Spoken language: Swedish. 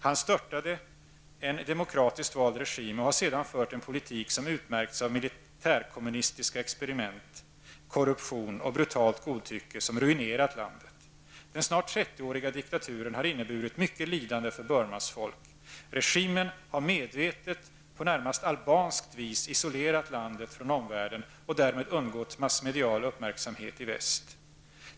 Han störtade en demokratiskt vald regim och har sedan fört en politik som utmärkts av militärkommunistiska experiment, korruption och brutalt godtycke som ruinerat landet. Den snart 30-åriga diktaturen har inneburit mycket lidande för Burmas folk. Regimen har medvetet på närmast albanskt vis isolerat landet från omvärlden och därmed undgått massmedial uppmärksamhet i väst.